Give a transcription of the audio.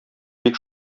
бик